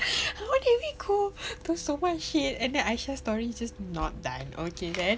okay we cool after so much shit and then Aisyah story's is just not done okay then